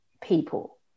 people